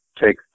take